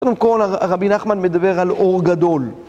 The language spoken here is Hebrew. קודם כל רבי נחמן מדבר על אור גדול